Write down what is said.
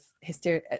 hysteria